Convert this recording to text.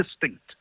distinct